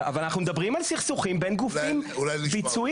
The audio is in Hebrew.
אנחנו מדברים על סכסוכים בין גופים ביצועיים.